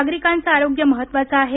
नागरिकांच आरोग्य महत्वाचं आहे